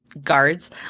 guards